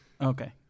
Okay